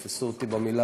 אל תתפסו אותי במילה,